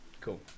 Cool